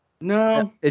No